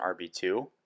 RB2